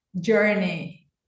journey